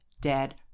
dead